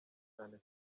cyane